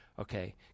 Okay